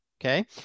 Okay